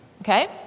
Okay